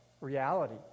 reality